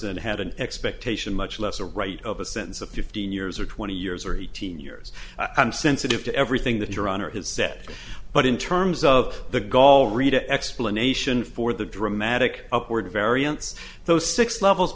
ferguson had an expectation much less a right of a sentence of fifteen years or twenty years or he teen years i'm sensitive to everything that your honor has said but in terms of the gall rida explanation for the dramatic upward variance those six levels